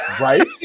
Right